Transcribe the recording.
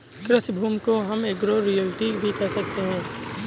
कृषि भूमि को हम एग्रो रियल्टी भी कह सकते है